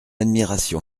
admiration